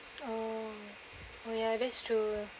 oh oh ya that's true